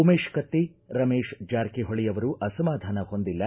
ಉಮೇಶ್ ಕತ್ತಿ ರಮೇಶ್ ಜಾರಕಿಹೊಳಿ ಅವರು ಅಸಮಾಧಾನ ಹೊಂದಿಲ್ಲ